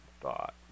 thought